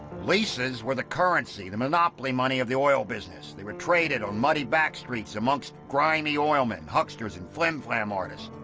leases were the currency, the monopoly money of the oil business. they were traded on muddy backstreets amongst grimy oilmen, hucksters and flimflam artists.